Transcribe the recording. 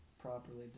properly